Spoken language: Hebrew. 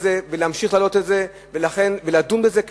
זה ולהמשיך להעלות את זה ולדון בזה,